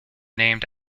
named